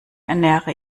ernähre